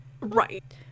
Right